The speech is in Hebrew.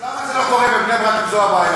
אז למה זה לא קורה בבני-ברק, אם זו הבעיה?